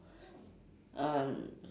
um